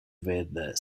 with